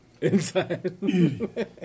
Inside